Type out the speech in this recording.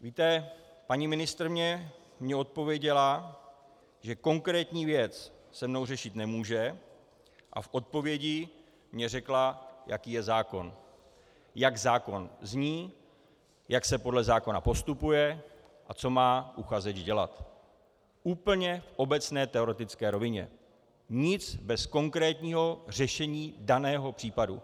Víte, paní ministryně mně odpověděla, že konkrétní věc se mnou řešit nemůže, a v odpovědi mně řekla, jaký je zákon, jak zákon zní, jak se podle zákona postupuje a co má uchazeč dělat, úplně v obecné teoretické rovině, nic bez konkrétního řešení daného případu.